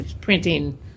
printing